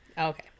Okay